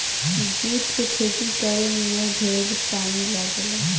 जुट के खेती करे में ढेरे पानी लागेला